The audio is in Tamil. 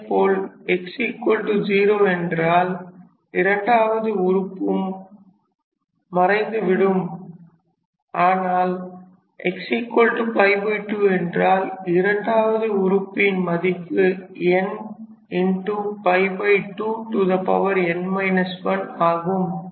அதேபோல் x0 என்றால் இரண்டாவது உறுபும் மறைந்துவிடும் ஆனால் x 2 என்றால் இரண்டாவது உறுப்பின் மதிப்பு n n 1ஆகும்